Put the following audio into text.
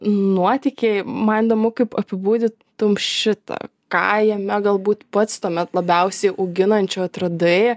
nuotykiai man įdomu kaip apibūdintum šitą ką jame galbūt pats tuomet labiausiai auginančio atradai